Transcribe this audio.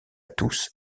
tous